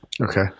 Okay